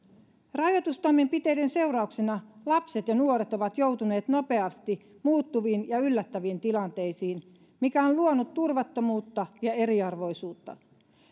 rajoitustoimenpiteiden seurauksena lapset ja nuoret ovat joutuneet nopeasti muuttuviin ja yllättäviin tilanteisiin mikä on luonut turvattomuutta ja eriarvoisuutta